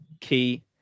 key